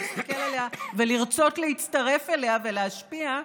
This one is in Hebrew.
להסתכל עליה ולרצות להצטרף אליה ולהשפיע,